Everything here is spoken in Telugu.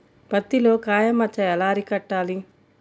పత్తిలో కాయ మచ్చ ఎలా అరికట్టాలి?